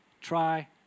try